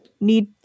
need